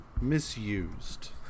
misused